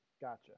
gotcha